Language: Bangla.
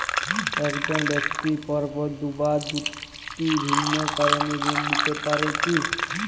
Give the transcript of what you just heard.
এক জন ব্যক্তি পরপর দুবার দুটি ভিন্ন কারণে ঋণ নিতে পারে কী?